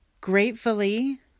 gratefully